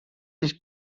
dich